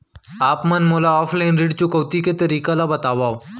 आप मन मोला ऑफलाइन ऋण चुकौती के तरीका ल बतावव?